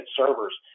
servers